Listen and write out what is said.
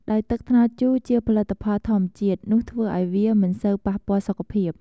ដោយទឹកត្នោតជូរជាផលិតផលធម្មជាតិ នោះធ្វើឱ្យវាមិនសូវប៉ះពាល់សុខភាព។